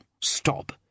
Stop